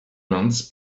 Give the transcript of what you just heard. months